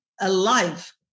alive